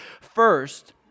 First